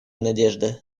надежды